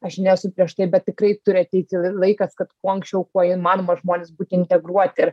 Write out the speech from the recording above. aš nesu prieš tai bet tikrai turi ateiti laikas kad kuo anksčiau kuo įmanoma žmonės būtų integruoti ir